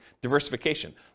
diversification